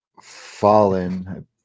Fallen